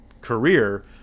Career